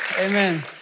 Amen